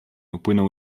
upłynął